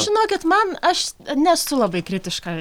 žinokit man aš nesu labai kritiška